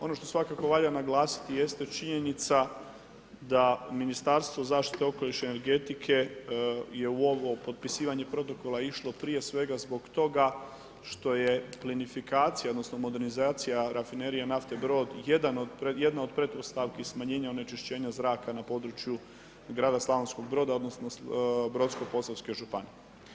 Ono što svakako valja naglasiti jeste činjenica da Ministarstvo zaštite okoliša i energetike je u ovo potpisivanje protokola išlo prije svega zbog toga što je plinifikacija, odnosno modernizacija rafinerije nafte Brod jedna od pretpostavki smanjenja onečišćenja zraka na području grada Slavonskog Broda, odnosno Brodsko-posavske županije.